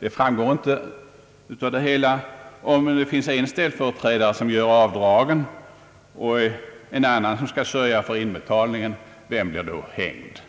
Det framgår inte hur det blir om det finns en ställföreträdare som gör avdragen och någon annan skall sörja för inbetalningen. Vem blir då hängd?